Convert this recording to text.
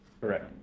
Correct